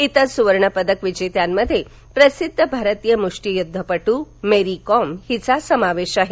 इतर सुवर्णपदक विजेत्यांमध्ये प्रसिद्ध भारतीय मुष्टीयुद्वपटू मेरी कोम हिचा समावेश आहे